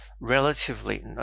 relatively